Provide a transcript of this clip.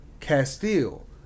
Castile